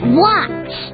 watch